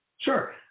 Sure